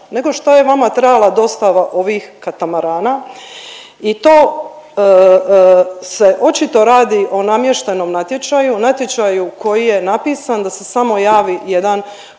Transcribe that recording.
nego što je vama trajala dostava ovih katamarana i to se očito radi o namještenom natječaju, natječaju koji je napisan da se samo javi jedan